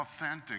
authentic